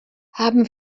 haben